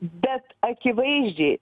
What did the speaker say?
bet akivaizdžiai